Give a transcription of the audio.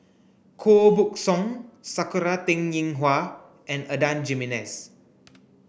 Koh Buck Song Sakura Teng Ying Hua and Adan Jimenez